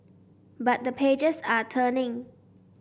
but the pages are turning